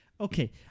okay